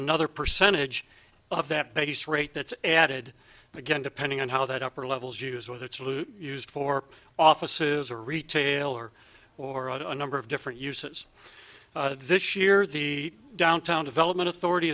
another percentage of that base rate that's added again depending on how that upper levels use whether it's used for office is a retailer or a number of different uses this year the downtown development authority